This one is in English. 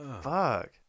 Fuck